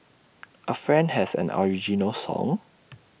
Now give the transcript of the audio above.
A friend has an original song